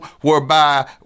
whereby